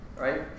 right